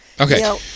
okay